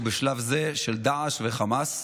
ובשלב זה של דאעש וחמאס,